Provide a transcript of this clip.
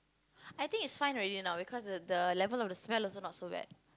I think it's fine already now because the the level of the smell also not so bad